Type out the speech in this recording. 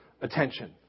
attention